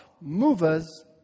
movers